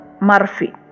Murphy